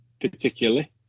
particularly